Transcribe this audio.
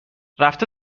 رفته